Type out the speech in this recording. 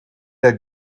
der